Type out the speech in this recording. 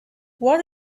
what